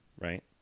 right